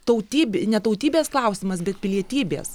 tautyb ne tautybės klausimas bet pilietybės